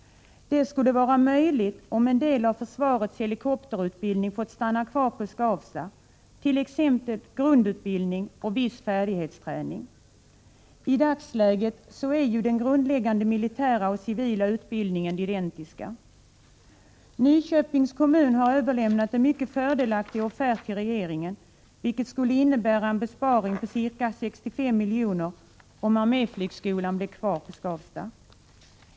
Det skulle ha varit möjligt om en del av försvarets helikopterutbildning fått stanna kvar på Skavsta, t.ex. grundutbildning och viss färdighetsträning. I dagsläget är ju den grundläggande militära och den civila utbildningen identiska. Nyköpings kommun har överlämnat en mycket fördelaktig offert till regeringen. Det skulle innebära en besparing på 65 miljoner om arméflygskolan blev kvar på Skavsta.